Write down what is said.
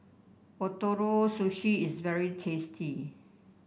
Ootoro Sushi is very tasty